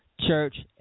church